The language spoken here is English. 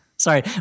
Sorry